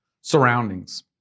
surroundings